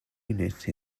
unit